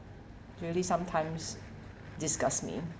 really sometimes disgust me